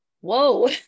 whoa